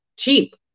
cheap